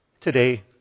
today